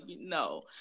no